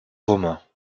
romains